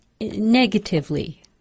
negatively